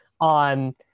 on